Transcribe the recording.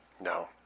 No